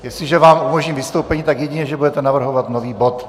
Jestliže vám umožním vystoupení, tak jedině že budete navrhovat nový bod.